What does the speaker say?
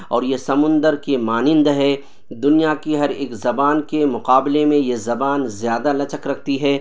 اور یہ سمندر کے مانند ہے دنیا کی ہر ایک زبان کے مقابلے میں یہ زبان زیادہ لچک رکھتی ہے